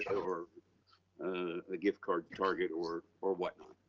or a gift card target or or whatnot.